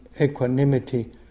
equanimity